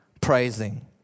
praising